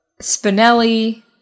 Spinelli